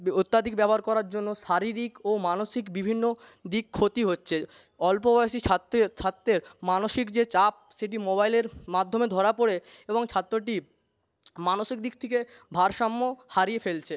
অত্যধিক ব্যবহার করার জন্য শারীরিক ও মানসিক বিভিন্ন দিক ক্ষতি হচ্ছে অল্প বয়সী ছাত্রের ছাত্রের মানসিক যে চাপ সেটি মোবাইলের মাধ্যমে ধরা পড়ে এবং ছাত্রটি মানসিক দিক থেকে ভারসাম্য হারিয়ে ফেলছে